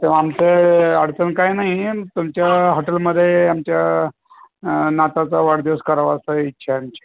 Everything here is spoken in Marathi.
तेव्हा आमचं अडचण काय नाही आहे तुमच्या हॉटेलमध्ये आमच्या नातावाचा वाढदिवस करावा असं इच्छा आहे आमची